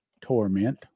torment